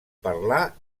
parlar